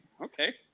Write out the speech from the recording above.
okay